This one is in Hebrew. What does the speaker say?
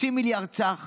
30 מיליארד ש"ח